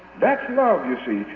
that's love, you see.